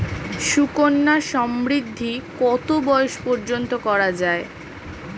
সুকন্যা সমৃদ্ধী কত বয়স পর্যন্ত করা যায়?